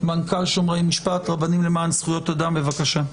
מנכ"ל שומרי משפט, רבנים למען זכויות אדם בבקשה.